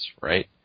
right